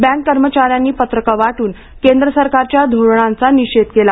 bank कर्मचाऱ्यांनी पत्रकं वाटून केंद्र सरकारच्या धोरणांचा निषेध केला